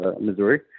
Missouri